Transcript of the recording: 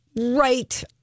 right